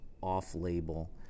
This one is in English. off-label